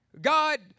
God